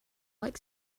like